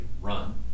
run